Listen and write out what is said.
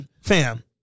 Fam